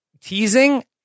teasing